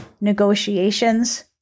negotiations